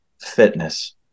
fitness